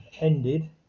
ended